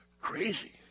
Crazy